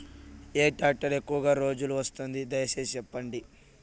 ఏ tractor ఎక్కువగా రోజులు వస్తుంది, దయసేసి చెప్పండి?